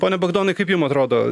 pone bogdanai kaip jum atrodo